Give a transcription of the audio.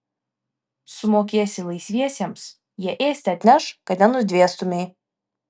sumokėsi laisviesiems jie ėsti atneš kad nenudvėstumei